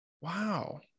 Wow